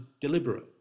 deliberate